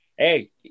Hey